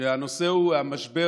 והנושא הוא המשבר